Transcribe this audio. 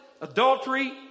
adultery